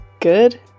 good